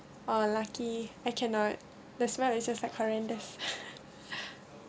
oh lucky I cannot the smell is just like horrendous